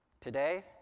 Today